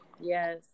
yes